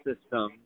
system